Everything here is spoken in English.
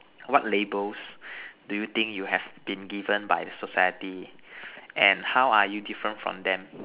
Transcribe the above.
what labels do you think you have been given by the society and how are you different from them